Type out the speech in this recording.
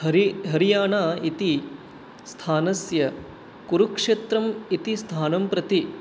हरि हरियाणा इति स्थानस्य कुरुक्षेत्रम् इति स्थानं प्रति